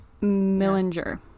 Millinger